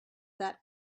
that